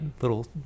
little